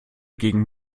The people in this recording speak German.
gegen